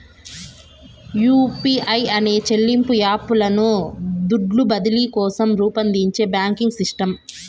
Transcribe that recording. UPI అనేది చెల్లింపు app లను దుడ్లు బదిలీ కోసరం రూపొందించే బాంకింగ్ సిస్టమ్